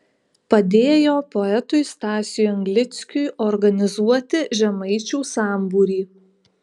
padėjo poetui stasiui anglickiui organizuoti žemaičių sambūrį